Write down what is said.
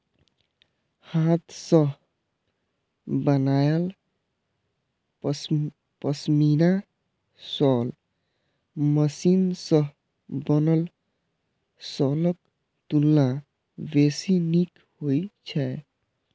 हाथ सं बनायल पश्मीना शॉल मशीन सं बनल शॉलक तुलना बेसी नीक होइ छै